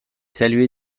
saluait